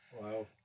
Wow